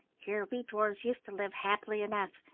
here we dwarfs used to live happily enough,